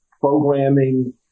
programming